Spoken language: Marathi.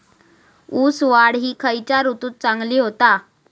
ऊस वाढ ही खयच्या ऋतूत चांगली होता?